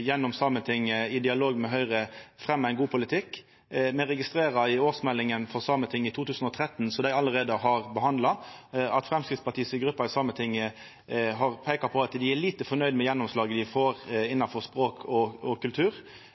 gjennom Sametinget og i dialog med Høgre, fremja ein god politikk. I årsmeldinga for Sametinget for 2013, som dei allereie har behandla, registrerer me at Framstegspartiets gruppe i Sametinget har peika på at dei er lite fornøgde med gjennomslaget dei får innanfor språk og kultur.